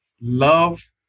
love